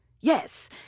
Yes